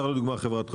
חברת חשמל,